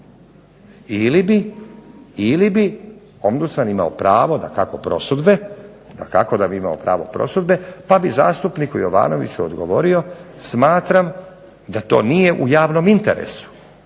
Ili bi ombudsman imao dakako pravo prosudbe pa bi zastupniku Jovanoviću odgovorio, smatram da to nije u javnom interesu.